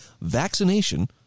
vaccination